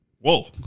Whoa